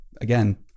again